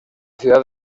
ciudad